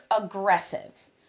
aggressive